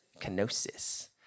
Kenosis